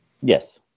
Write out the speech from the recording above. yes